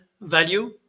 value